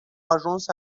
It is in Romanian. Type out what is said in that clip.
ajuns